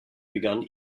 begann